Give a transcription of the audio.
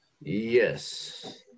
Yes